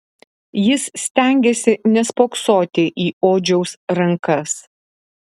jis stengėsi nespoksoti į odžiaus rankas